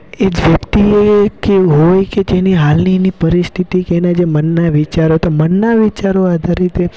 એ જ વ્યક્તિએ કેવું હોય કે તેની હાલની એની પરિસ્થિતિ એને જે મનન વિચારો તો મનના વિચારો આધારિત એ